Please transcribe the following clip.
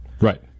Right